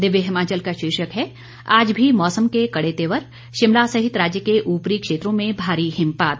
दिव्य हिमाचल का शीर्षक है आज भी मौसम के कड़े तेवर शिमला सहित राज्य के ऊपरी क्षेत्रों में भारी हिमपात